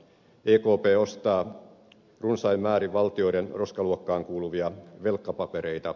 ekp ostaa runsain määrin valtioiden roskaluokkaan kuuluvia velkapapereita